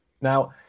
Now